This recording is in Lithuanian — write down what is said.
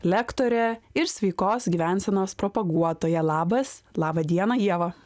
lektorė ir sveikos gyvensenos propaguotoja labas laba diena ieva